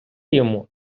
йому